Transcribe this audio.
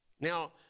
Now